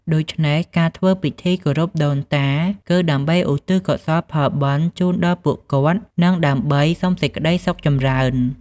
ដូច្នេះ ការធ្វើពិធីគោរពដូនតា គឺដើម្បីឧទ្ទិសកុសលផលបុណ្យជូនដល់ពួកគាត់ និងដើម្បីសុំសេចក្ដីសុខចម្រើន។